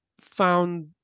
found